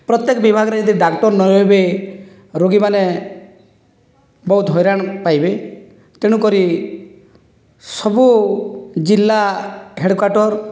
ପ୍ରତ୍ୟକ ବିଭାଗରେ ଯଦି ଡାକ୍ତର ନ ରହିବେ ରୋଗୀମାନେ ବହୁତ ହଇରାଣ ପାଇବେ ତେଣୁ କରି ସବୁ ଜିଲ୍ଲା ହେଡ଼କ୍ୱାଟର